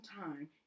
time